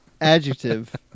Adjective